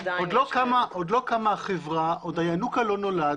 עוד לא קמה החברה, עוד הינוקא לא נולד,